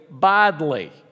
badly